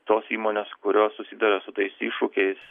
tos įmonės kurios susiduria su tais iššūkiais